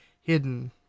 hidden